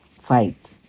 fight